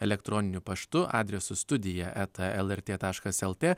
elektroniniu paštu adresu studija eta lrt taškas lt